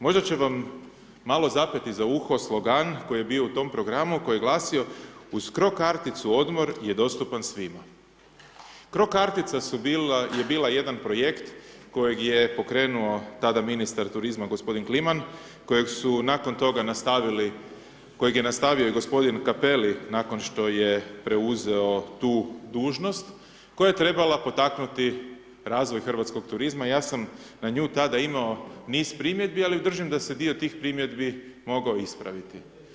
Možda će vam malo zapeti za uho slogan, koji je bio u tom programu, koji je glasio: „Uz CRO karticu, odmor je dostupan svima.“ CRO kartice je bila jedna projekt kojeg je pokrenuo tada ministar turizma, gospodin Kliman, kojeg su nakon toga nastavili, kojeg je nastavio i gospodin Cappelli, nakon što je preuzeo tu dužnost, koja je trebala potaknuti razvoj hrvatskog turizma, ja sam na nju tada imao niz primjedbi, ali ju držim, da se dio tih primjedbi mogao ispraviti.